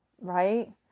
right